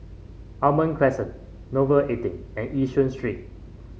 Almond Crescent Nouvel eighteen and Yishun Street